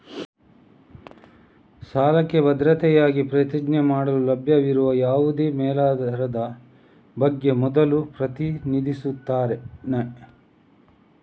ಸಾಲಕ್ಕೆ ಭದ್ರತೆಯಾಗಿ ಪ್ರತಿಜ್ಞೆ ಮಾಡಲು ಲಭ್ಯವಿರುವ ಯಾವುದೇ ಮೇಲಾಧಾರದ ಬಗ್ಗೆ ಮೊದಲು ಪ್ರತಿನಿಧಿಸುತ್ತಾನೆ